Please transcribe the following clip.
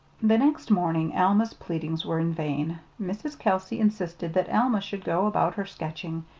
the next morning alma's pleadings were in vain. mrs. kelsey insisted that alma should go about her sketching,